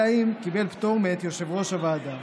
אלא אם כן קיבל פטור מאת יושב-ראש הוועדה,